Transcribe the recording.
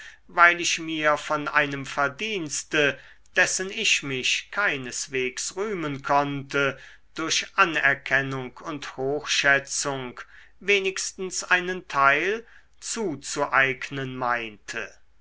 weil ich mir von einem verdienste dessen ich mich keineswegs rühmen konnte durch anerkennung und hochschätzung wenigstens einen teil zuzueignen meinte